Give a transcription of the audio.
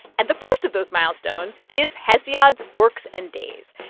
and the first of those milestones is hesiod's works and days.